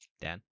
Dan